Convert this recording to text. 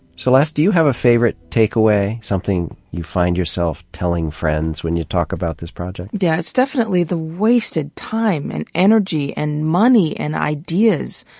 celeste, do you have a favorite takeaway something you find yourself telling friends when you talk about this project? yeah it's definitely the wasted time and energy and money and ideas.